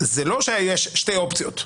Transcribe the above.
זה לא שיש שתי אופציות,